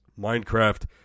Minecraft